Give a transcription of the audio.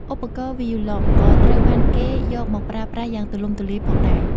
ឧបករណ៍វីយូឡុងក៏ត្រូវបានគេយកមកប្រើប្រាស់យ៉ាងទូលំទូលាយផងដែរ។